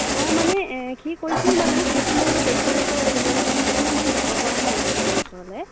অঁ মানে সি কৈছিলে বাৰু কিন্তু মোৰ ব্যক্তিগত অসুবিধাৰ কাৰণে মানে মই যাব পৰা নাই আপোনাৰ ওচৰলৈ